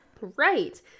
Right